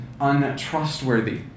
untrustworthy